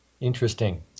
Interesting